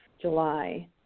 July